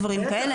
דברים כאלה,